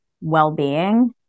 well-being